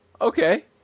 Okay